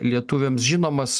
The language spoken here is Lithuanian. lietuviams žinomas